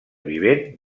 vivent